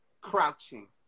crouching